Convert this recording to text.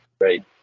Right